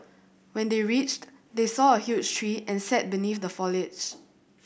when they reached they saw a huge tree and sat beneath the foliage